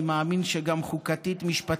אני מאמין שגם חוקתית-משפטית